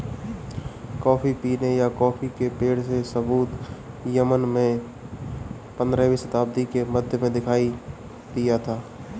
coffee पीने या coffee के पेड़ के सबूत यमन में पंद्रहवी शताब्दी के मध्य में दिखाई दिया था